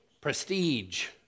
Prestige